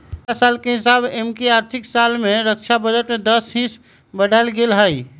पछिला साल के हिसाबे एमकि आर्थिक साल में रक्षा बजट में दस हिस बढ़ायल गेल हइ